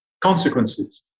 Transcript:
consequences